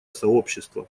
сообщества